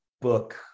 book